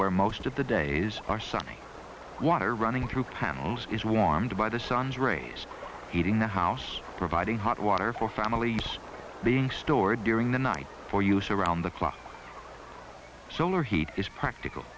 where most of the days are sunny water running through panels is warmed by the sun's rays heating the house providing hot water for families being stored during the night for use around the clock solar heat is practical